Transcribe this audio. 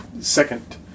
second